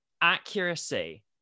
accuracy